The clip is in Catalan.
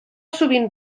sovint